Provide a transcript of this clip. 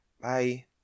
Bye